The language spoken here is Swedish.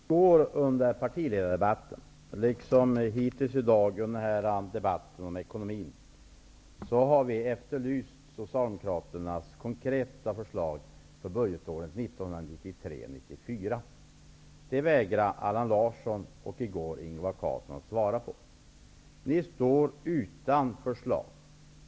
Fru talman! Vi har i går under partiledardebatten liksom hittills i dag under debatten om ekonomin efterlyst Socialdemokraternas konkreta förslag för budgetåret 1993/94. Detta vägrar Allan Larsson liksom i går Ingvar Carlsson att svara på. Ni står utan förslag.